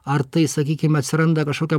ar tai sakykim atsiranda kažkokia